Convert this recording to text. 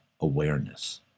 awareness